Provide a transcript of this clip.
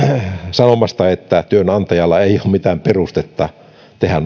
sanomasta että työnantajalla ei ole mitään perustetta tehdä